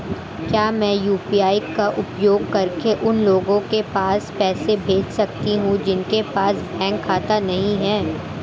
क्या मैं यू.पी.आई का उपयोग करके उन लोगों के पास पैसे भेज सकती हूँ जिनके पास बैंक खाता नहीं है?